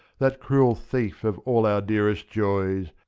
that cruel thief of all our dearest joys.